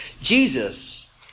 Jesus